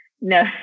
No